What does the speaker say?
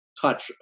touch